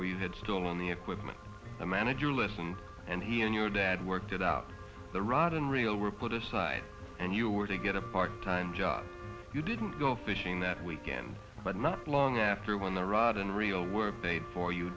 you had stolen the equipment the manager listened and he and your dad worked it out the rod and reel were put aside and you were to get a part time job you didn't go fishing that weekend but not long after when the rod and reel were paid for you